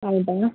ಹೌದಾ